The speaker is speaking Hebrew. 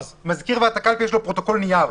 למזכיר ועדת הקלפי יש פרוטוקול נייר.